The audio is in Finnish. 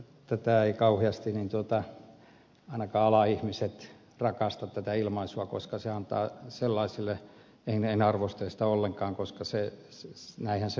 tätä ilmaisua eivät kauheasti ainakaan alan ihmiset rakasta en arvosta sitä ollenkaan mutta näinhän se mediassakin on koska se ei sinänsä